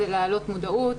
זה להעלות מודעות,